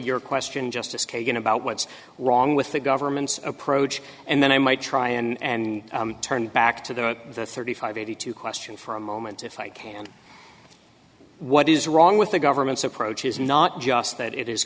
your question justice kagan about what's wrong with the government's approach and then i might try and turn back to the thirty five eighty two question for a moment if i can what is wrong with the government's approach is not just that it is